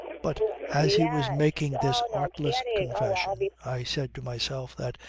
but as he was making this artless confession i said to myself that,